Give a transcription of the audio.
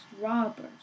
robbers